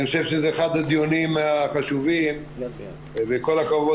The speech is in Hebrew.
אני חושב שזה אחד הדיונים החשובים וכל הכבוד